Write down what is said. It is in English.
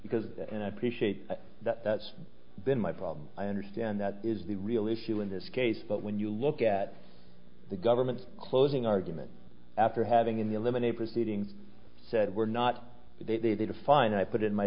because in appreciate that that's been my problem i understand that is the real issue in this case but when you look at the government's closing argument after having in the eliminate proceedings said we're not they did a fine i put in my